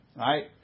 right